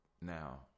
Now